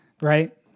Right